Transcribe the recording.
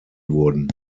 wurden